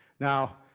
now,